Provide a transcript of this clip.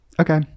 okay